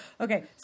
Okay